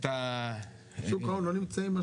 שוק ההון לא נמצאים?